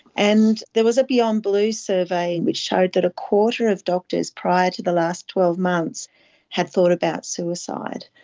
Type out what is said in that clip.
and there was a beyond blue survey which showed that a quarter of doctors prior to the last twelve months had thought about suicide.